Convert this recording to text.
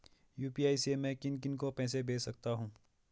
UPI से मैं किन किन को पैसे भेज सकता हूँ?